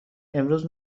امروز